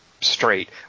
straight